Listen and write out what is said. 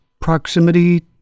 proximity